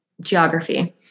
geography